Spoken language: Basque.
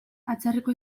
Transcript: atzerriko